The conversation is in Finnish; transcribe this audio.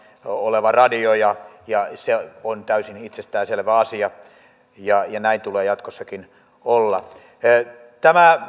oleva radio se on täysin itsestäänselvä asia ja näin tulee jatkossakin olla kyllähän tämä